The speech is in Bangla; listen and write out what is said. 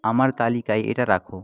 আমার তালিকায় এটা রাখো